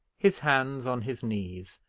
his hands on his knees,